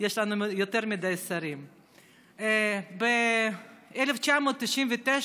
יש פה מלא שרים, אז, אדוני השר,